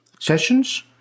sessions